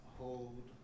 hold